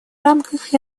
рамках